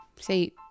say